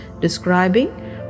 describing